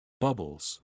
Bubbles